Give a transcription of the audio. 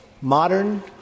modern